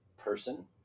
Person